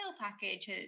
package